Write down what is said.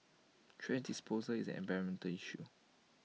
thrash disposal is an environmental issue